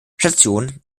station